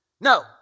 No